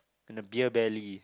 and a beer belly